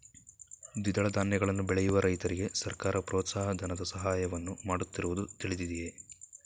ದ್ವಿದಳ ಧಾನ್ಯಗಳನ್ನು ಬೆಳೆಯುವ ರೈತರಿಗೆ ಸರ್ಕಾರ ಪ್ರೋತ್ಸಾಹ ಧನದ ಸಹಾಯವನ್ನು ಮಾಡುತ್ತಿರುವುದು ತಿಳಿದಿದೆಯೇ?